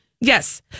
yes